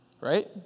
Right